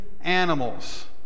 animals